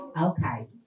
Okay